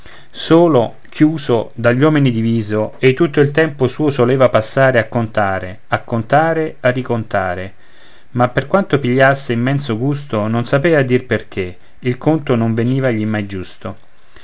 solo chiuso dagli uomini diviso ei tutto il tempo suo solea passare a contare a contare a ricontare ma per quanto pigliasse immenso gusto non sapea dir perché il conto non venivagli mai giusto